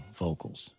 vocals